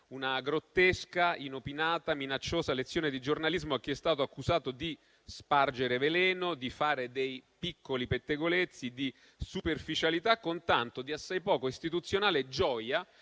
una grottesca, inopinata, minacciosa lezione di giornalismo a chi è stato accusato di spargere veleno, di fare dei piccoli pettegolezzi e di superficialità, con tanto di assai poco istituzionale gioia